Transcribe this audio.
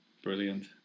brilliant